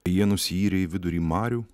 jie nusiyrė į vidurį marių